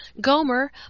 Gomer